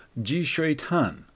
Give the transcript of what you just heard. Jishuitan